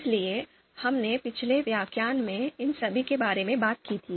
इसलिए हमने पिछले व्याख्यान में इन सभी के बारे में बात की थी